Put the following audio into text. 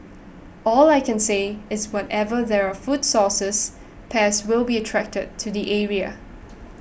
all I can say is wherever there are food sources pests will be attracted to the area